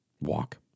Walk